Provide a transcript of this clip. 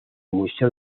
museo